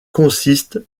consiste